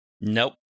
Nope